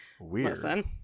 Weird